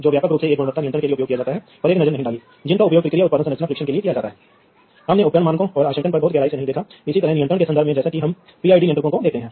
तो आप bus segment का उपयोग करके जानते हैं इसलिए कई बस सेगमेंट हैं जिन्हें सीधे केबल से जोड़ा जा सकता है और फिर कई बस सेगमेंट को वास्तव में उस चीज़ से जोड़ा जा सकता है जिसे आप पुलों या रिपीटर्स के रूप में जानते हैं